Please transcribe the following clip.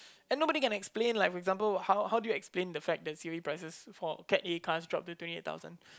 and nobody can explain like for example how how do you explain the fact that the series prices for cat A car drop to twenty thousand